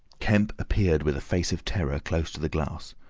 kemp appeared with a face of terror close to the glass,